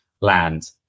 land